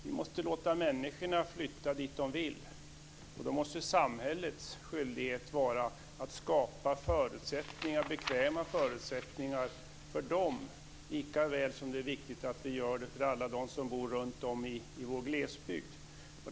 Vi måste låta människorna flytta dit de vill, och då måste samhällets skyldighet vara att skapa bekväma förutsättningar för dem, likaväl som det är viktigt att vi gör det för alla dem som bor runtom i vår glesbygd.